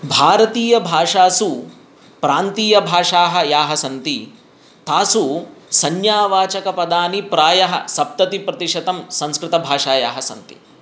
भारतीयभाषासु प्रान्तीयभाषाः याः सन्ति तासु संज्ञावाचकपदानि प्रायः सप्ततिप्रतिशतं संस्कृतभाषायाः सन्ति